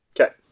Okay